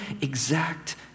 exact